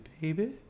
baby